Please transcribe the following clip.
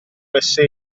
usa